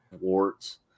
warts